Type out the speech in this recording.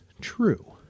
true